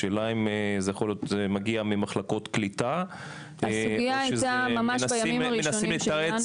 השאלה היא אם זה מגיע ממחלקות קליטה או שמנסים לתרץ